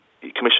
commission